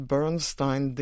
Bernstein